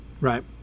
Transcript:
right